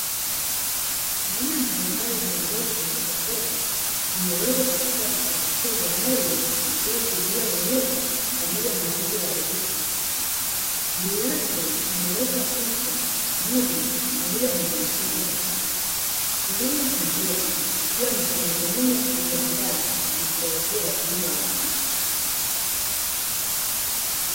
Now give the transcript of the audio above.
Aina mbalimbali za mbegu za mbogamboga zimewekwa katika vifungashio vya nailoni ili kuzuia unyevu pamoja na wadudu waharibifu kupita. Juu yake pamewekwa picha, jina pamoja na maelekezo mbalimbli. Kilimo cha mbegu huwa ni kwa madhumuni ya kuziandaa na kuwauzia wakulima wengine.